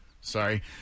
Sorry